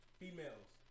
females